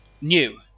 new